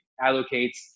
allocates